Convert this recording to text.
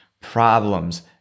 problems